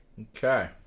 Okay